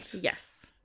Yes